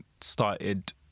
started